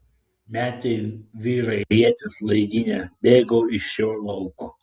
metė vyrai ietis laidynes bėgo iš šio lauko